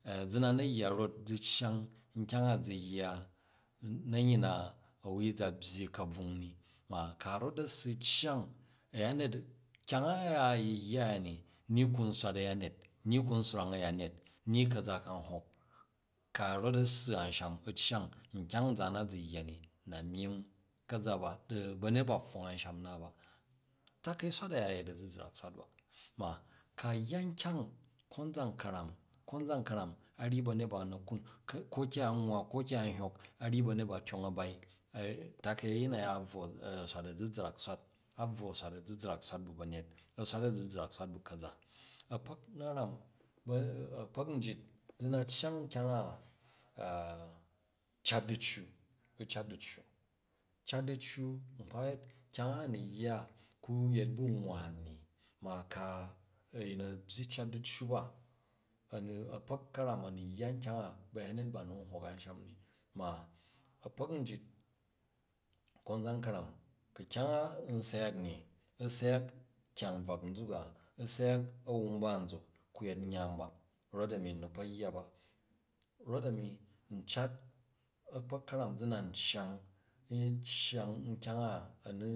zi na na̱ yya rot zi cyang nkya̱ng a̱ zi yya̱ na̱ngyi na a wui za byyi ka̱bvurg ni. Ma̱ ku̱ a rot a̱ssi u̱ cyang, a̱ yanye, kyang u̱ya a yiyya̱ ni, ni ku n smail a̱ a̱yanget ni ku n swrang ayanyeti ni ka̱za ka n hok. Ku̱ a rot a̱ssi arsham u kpo cyany, nkyang zaan na zi yya ni, na mijyi ka̱za ba di banyel ba̱ pfong ansham nna ba. Taka̱i swat u̱ya a̱zizrak swat ba, ma ku̱ a yya̱ nkyang konzan ka̱ram a̱nyi ba̱nyel ba na̱ kun, ko ke a nwa, ko ke a hyok, a̱ yi ba̱nyet ba tyong a̱ bai, taka̱i a̱yin u̱ya a biwo a swat a̱zizrak swat, a biwo a swat azizrak swat bu ba̱nyet a̱ swat a̱zizrak swat bu ka̱za a̱kpok na̱ram a̱kpok njit zi na cyang ukyang a cat diccu, u̱ cat diccu. Cat diccu nkpa yet, kyang a, a̱ni a̱yin ạ byyi cat diccu ba, a̱ni a̱kpok ka̱ram a̱ ni yya nkyang a bayanyet ba ni n hok anshani ni. Ma̱ a̱kpok njit kon zan ka̱ram ku̱ kyang n syak ni, u̱ syak kya̱ng bjak nzuk a, u̱ syac awumba nzuk ku yet nya̱am ba rot-a̱mi n ni kpo yya ba. Rot na cyang, u cyang nkyang a ni